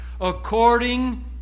according